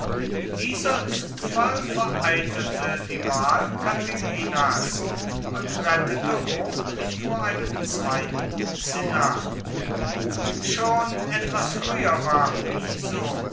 dieser zufall vereitelte die wahl catilinas und rettete rom vor einem zweiten cinna schon etwas früher war piso